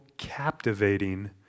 captivating